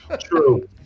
True